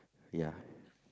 ya